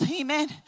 Amen